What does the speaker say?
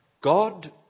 God